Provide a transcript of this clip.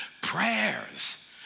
Prayers